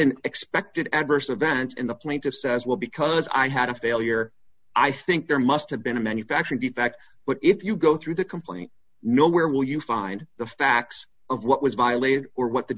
an expected adverse event in the plaintiffs as well because i had a failure i think there must have been a manufacturing defect but if you go through the complaint no where will you find the facts of what was violated or what the